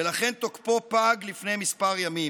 ולכן תוקפו פג לפני כמה ימים.